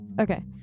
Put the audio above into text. Okay